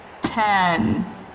ten